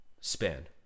span